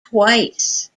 twice